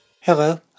Hello